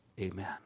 Amen